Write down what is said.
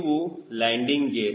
ಇವು landing gear